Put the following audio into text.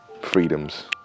freedoms